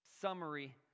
Summary